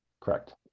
Correct